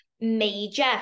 major